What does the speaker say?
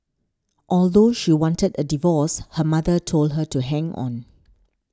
although she wanted a divorce her mother told her to hang on